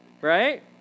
Right